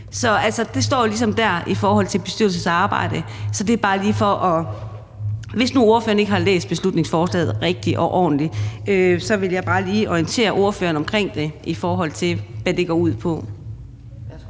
Det står ligesom dér i forhold til bestyrelsens arbejde. Hvis nu ordføreren ikke har læst beslutningsforslaget rigtigt og ordentligt, så ville jeg bare lige orientere ordføreren om, hvad det går ud på.